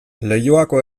leioako